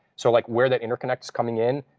so like where the interconnect's coming in,